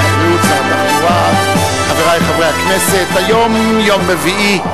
רבותי השרים, היום יום רביעי,